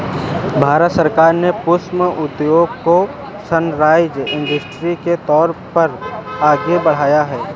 भारत सरकार ने पुष्प उद्योग को सनराइज इंडस्ट्री के तौर पर आगे बढ़ाया है